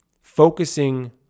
focusing